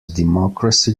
democracy